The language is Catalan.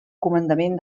comandament